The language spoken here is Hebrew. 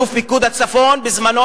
אלוף פיקוד הצפון בזמנו,